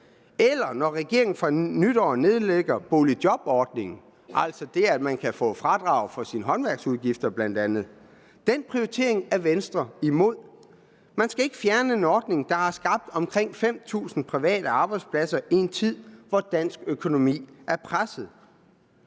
eller når regeringen fra nytår nedlægger boligjobordningen, altså det, at man kan få fradrag for bl.a. sine håndværksudgifter. Den prioritering er Venstre imod. Man skal ikke fjerne en ordning, der har skabt omkring 5.000 private arbejdspladser i en tid, hvor dansk økonomi er presset.